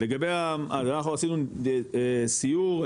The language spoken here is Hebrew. אנחנו עשינו סיור,